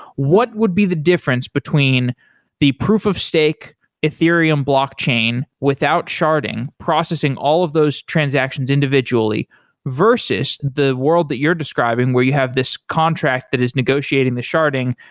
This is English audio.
what would be the difference between the proof of stake ethereum blockchain without sharding processing all of those transactions individually versus the world that you're describing where you have this contract that is negotiating the sharding.